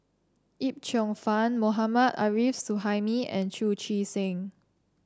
Yip Cheong Fun Mohammad Arif Suhaimi and Chu Chee Seng